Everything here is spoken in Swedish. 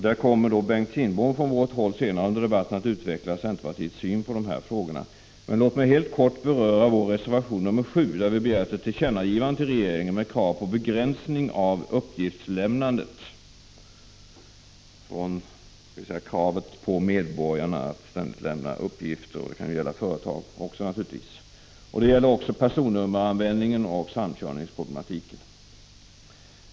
Där kommer Bengt Kindbom från centerpartiet att senare under debatten utveckla centerpartiets syn på dessa frågor. Låt mig helt kort beröra vår reservation 7, där vi begär ett tillkännagivande till regeringen med krav på begränsning av uppgiftslämnandet, dvs. krav på medborgarna att ständigt lämna uppgifter. Det kan naturligtvis även gälla företag. Det gäller också personnummeranvändningen och samkörningsproblematiken.